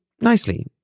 nicely